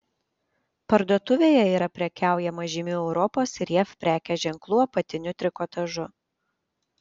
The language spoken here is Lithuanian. parduotuvėje yra prekiaujama žymių europos ir jav prekės ženklų apatiniu trikotažu